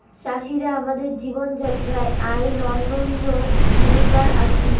চাষিরা হামাদের জীবন যাত্রায় আইক অনইন্য ভূমিকার আছি